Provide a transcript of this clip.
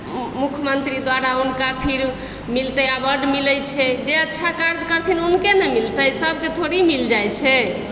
मुखमन्त्री द्वारा हुनका फिर मिलतै अवार्ड मिलै छै जे अच्छा काज करथिन हुनके ने मिलतै सभके थोड़ी मिल जाइत छै